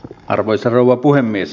arvoisa rouva puhemies